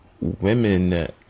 women